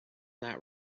that